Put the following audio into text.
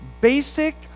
basic